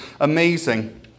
amazing